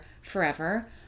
forever